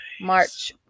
March